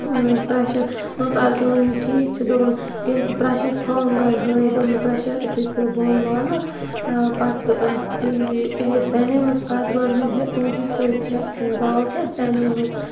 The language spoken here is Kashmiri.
پرٛیشَر دوٚپمَس اَدٕ کیٛاہ مٔمی ٹھیٖک چھُ دوٚپُن ییٚلہِ ژٕ پرٛیشَر تھوٚوُن گۄڈٕ ہٲیِتھ دوٚپُن پرٛیشَر یُتھُے ژٕ بۄن والَکھ پَتہٕ تُل ییٚلہِ یہِ سَنیمٕژ آسہِ گۄڈٕ وٕچھ زِ اوٚنٛگجہِ سۭتۍ یہِ چھےٚ دال چھےٚ سَنیمٕژ